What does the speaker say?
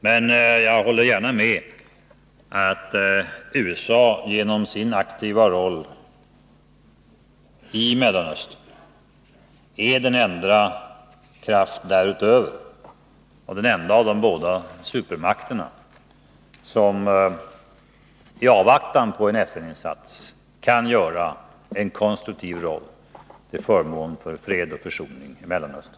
Men jag håller gärna med om att USA genom sin aktiva roll i Mellanöstern är den enda kraft därutöver — och den enda av de båda supermakterna — som i avvaktan på en FN-insats kan spela en konstruktiv roll till förmån för fred och försoning i Mellanöstern.